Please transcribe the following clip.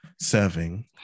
serving